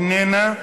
איננה,